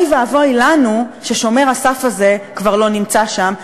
אוי ואבוי לנו ששומר הסף הזה כבר לא נמצא שם,